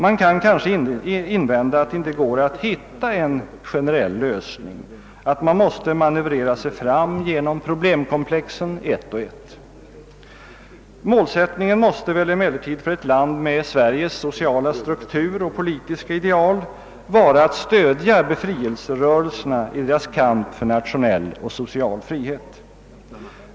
Man kan kanske invända att det inte går att hitta en generell lösning, att man måste manövrera sig fram genom problemkomplexen ett och ett. Målsättningen måste väl för ett land med Sveriges sociala struktur och politiska ideal vara att stödja befrielserörelserna i deras kamp för nationell och social frihet.